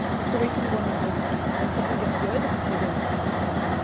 it's the way people run their business. when something gets good they go to defense.